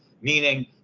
meaning